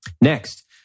Next